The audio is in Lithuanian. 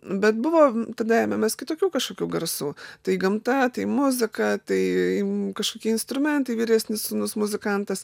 bet buvo tada ėmėmės kitokių kažkokių garsų tai gamta tai muzika tai kažkokie instrumentai vyresnis sūnus muzikantas